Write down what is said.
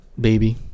Baby